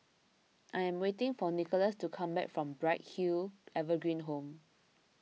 I am waiting for Nicolas to come back from Bright Hill Evergreen Home